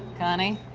connie?